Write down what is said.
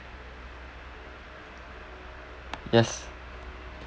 yes